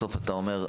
בסוף אתה אומר,